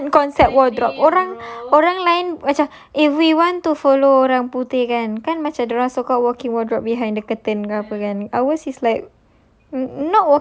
open concept wardrobe orang-orang lain macam eh if we want to follow orang putih kan kan macam dia orang suka wardrobe behind the curtain ke apa kan ours is like